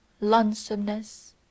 lonesomeness